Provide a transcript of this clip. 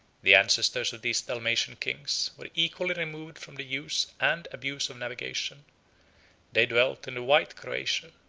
the ancestors of these dalmatian kings were equally removed from the use and abuse of navigation they dwelt in the white croatia,